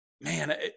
man